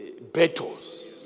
battles